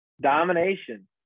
Domination